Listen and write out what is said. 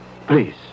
Please